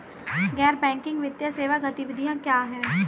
गैर बैंकिंग वित्तीय सेवा गतिविधियाँ क्या हैं?